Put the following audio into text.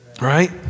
right